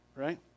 right